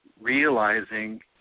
realizing